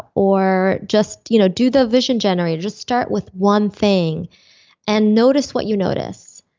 or just you know do the vision generator. just start with one thing and notice what you notice.